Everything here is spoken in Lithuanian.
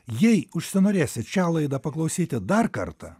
jei užsinorėsit šią laidą paklausyti dar kartą